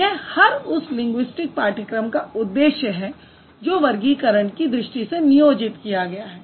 यह हर उस लिंगुइस्टिक पाठ्यक्रम का उद्देश्य है जो वर्गीकरण की दृष्टि से नियोजित किया गया है